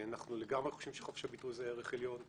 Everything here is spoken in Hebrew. אנחנו לגמרי חושבים שחופש הביטוי זה ערך עליון,